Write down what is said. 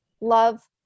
love